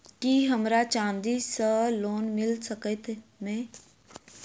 की हमरा चांदी सअ लोन मिल सकैत मे?